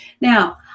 now